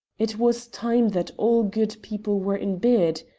it was time that all good people were in bed.